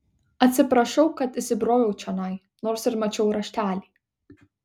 atsiprašau kad įsibroviau čionai nors ir mačiau raštelį